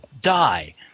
Die